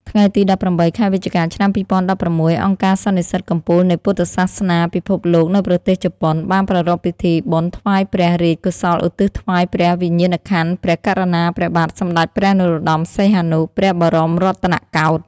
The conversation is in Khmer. ថ្ងៃទី១៨ ខែវិច្ឆិកា ឆ្នាំ២០១៦ អង្គការសន្និសីទកំពូលនៃពុទ្ធសាសនាពិភពលោកនៅប្រទេសជប៉ុន បានប្រារព្ធពិធីបុណ្យថ្វាយព្រះរាជកុសលឧទ្ទិសថ្វាយព្រះវិញ្ញាណក្ខន្ធព្រះករុណាព្រះបាទសម្ដេចព្រះនរោត្ដម សីហនុ ព្រះបរមរតនកោដ្ឋ។